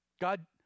God